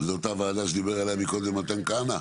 זו אותה וועדה שדיבר עליה מקודם מתן כהנא?